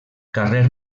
carrer